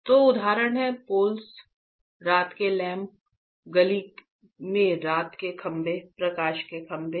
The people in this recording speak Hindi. तो उदाहरण हैं पोल्स रात के लैंप गली में रात के खंभे प्रकाश के खंभे